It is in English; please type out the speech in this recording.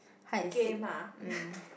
hide and seek um